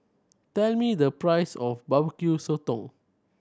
tell me the price of Barbecue Sotong